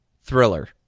Thriller